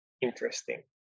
interesting